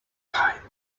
kind